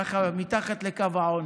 ככה מתחת לקו העוני.